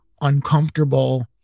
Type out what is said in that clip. uncomfortable